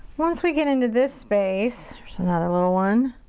once we get into this space there's another little one.